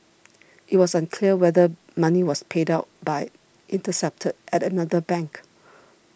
it was unclear whether money was paid out but intercepted at another bank